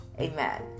Amen